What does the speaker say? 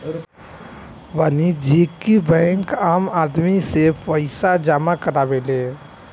वाणिज्यिक बैंक आम आदमी से पईसा जामा करावेले